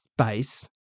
space